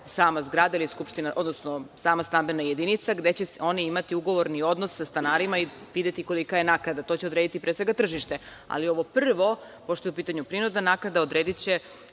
sama zgrada odnosno sama stambena jedinica gde će oni imati ugovorni odnos sa stanarima i videti kolika je naknada, to će odrediti pre svega tržište. Ali, ovo prvo, pošto je u pitanju prinudna naknada odrediće